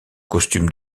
costume